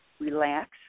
Relax